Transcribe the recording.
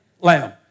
Lamb